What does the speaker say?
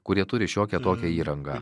kurie turi šiokią tokią įrangą